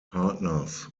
partners